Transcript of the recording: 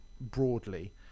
broadly